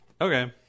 Okay